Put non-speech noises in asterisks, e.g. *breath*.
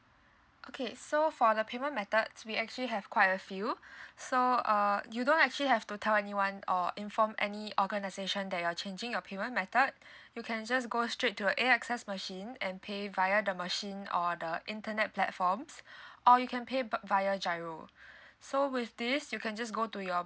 okay so for the payment methods we actually have quite a few *breath* so uh you don't actually have to tell anyone or inform any organisation that you're changing your payment method *breath* you can just go straight to the A_X_S and pay via the machine or the internet platforms *breath* or you can pay vi~ via giro *breath* so with this you can just go to your